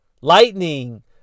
Lightning